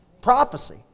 Prophecy